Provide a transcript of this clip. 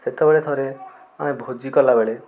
ସେତେବେଳେ ଥରେ ଆମେ ଭୋଜି କଲା ବେଳେ